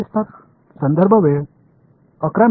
மாணவர் குறிப்பு நேரம் 1133